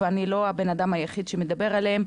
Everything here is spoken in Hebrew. ואני לא הבן אדם היחיד שמדבר עליהם,